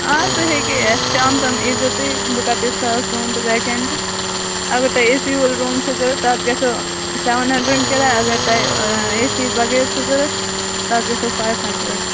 آ تُہۍ ہیٚکِو یِتھ شام تام ییٖزِو تُہۍ بہٕ کَر تیٖتِس کالس روٗم تہٕ وٮ۪کنٛٹہٕ اگر تۄہہِ اے سی وول روٗم چھِ ضوٚرَتھ تَتھ گَژھیو سٮ۪وَن ہَنڈرنٛڈ کِراے اگر تۄہہِ اے سی بغٲر چھُ ضوٚرَتھ تَتھ گَژھیو فایِو ہَنٛڈرنٛڈ